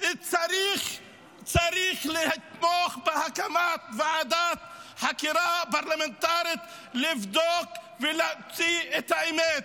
צריך לתמוך בהקמת ועדת חקירה פרלמנטרית כדי לבדוק ולהוציא את האמת.